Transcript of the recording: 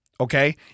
okay